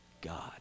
God